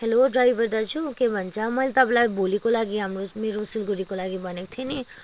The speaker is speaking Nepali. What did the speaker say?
हेलो ड्राइवर दाजु के भन्छ मैले तपाईँलाई भोलिको लागि हाम्रो मेरो सिलगढीको लागि भनेको थिएँ नि